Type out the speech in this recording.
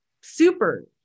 super